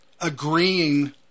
agreeing